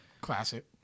Classic